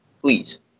Please